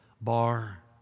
bar